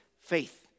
faith